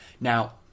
Now